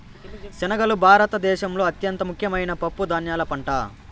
శనగలు భారత దేశంలో అత్యంత ముఖ్యమైన పప్పు ధాన్యాల పంట